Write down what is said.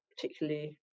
particularly